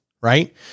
right